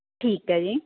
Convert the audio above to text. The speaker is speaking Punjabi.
ਠੀਕ ਹੈ ਜੀ